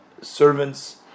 servants